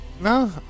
No